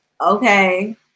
Okay